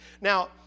Now